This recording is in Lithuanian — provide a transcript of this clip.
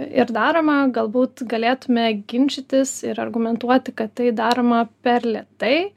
ir daroma galbūt galėtume ginčytis ir argumentuoti kad tai daroma per lėtai